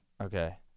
Okay